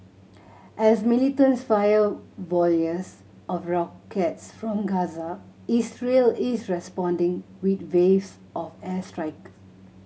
as militants fire volleys of rockets from Gaza Israel is responding with waves of airstrikes